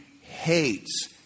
hates